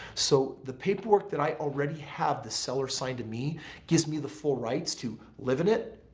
so the paperwork that i already have the seller signed to me gives me the full rights to live in it,